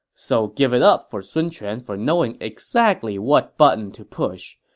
so give it up for sun quan for knowing exactly what button to push.